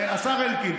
השר אלקין,